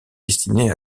destiné